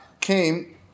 came